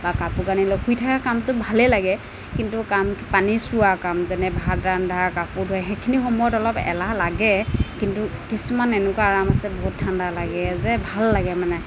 বা কাপোৰ কানি লৈ শুই থাকা কামটো ভালেই লাগে কিন্তু কাম পানী চোৱা কাম যেনে ভাত ৰন্ধা কাম কাপোৰ ধুৱা সেইখিনি সময়ত অলপ এলাহ লাগে কিন্তু কিছুমান এনেকুৱা আৰাম আছে বহুত ঠাণ্ডা লাগে যে ভাল লাগে মানে